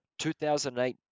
2008